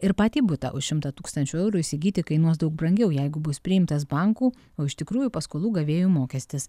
ir patį butą už šimtą tūkstančių eurų įsigyti kainuos daug brangiau jeigu bus priimtas bankų o iš tikrųjų paskolų gavėjų mokestis